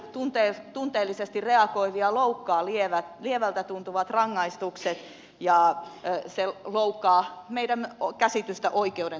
meitä tunteellisesti reagoivia loukkaavat lieviltä tuntuvat rangaistukset ja ne loukkaavat meidän käsitystämme oikeuden toteutumisesta